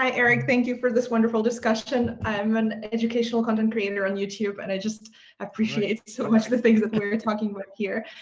eric, thank you for this wonderful discussion, i'm an educational content creator on youtube and i just appreciate so much of the things that we're talking about here.